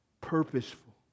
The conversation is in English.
purposeful